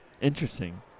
Interesting